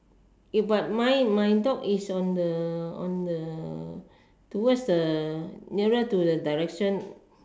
but my my dog is on the on the towards the nearer to the direction